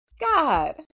God